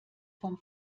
vom